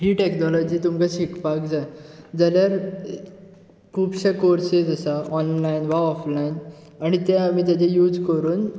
ही technology तुमकां शिकपाक जाय जाल्यार खुबशे कोर्सीस आसा ऑनलायन वा ऑफलायन आनी ते आमी तेजे यूज करून